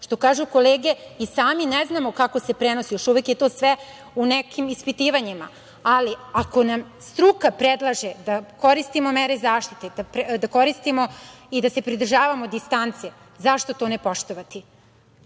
Što kažu kolege, i sami ne znamo kako se prenosi, još uvek je to sve u nekim ispitivanjima, ali ako nam struka predlaže da koristimo mere zaštite, da koristimo i da se pridržavamo distance, zašto to ne poštovati?U